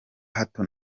hato